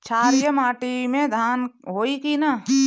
क्षारिय माटी में धान होई की न?